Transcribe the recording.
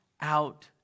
out